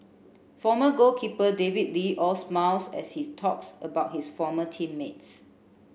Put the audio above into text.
former goalkeeper David Lee all smiles as he's talks about his former team mates